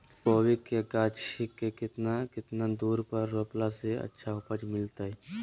कोबी के गाछी के कितना कितना दूरी पर रोपला से अच्छा उपज मिलतैय?